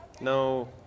No